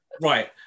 right